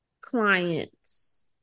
clients